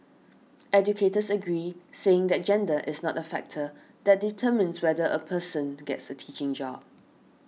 educators agreed saying that gender is not a factor that determines whether a person gets a teaching job